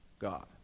god